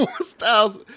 Styles